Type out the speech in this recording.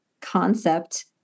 concept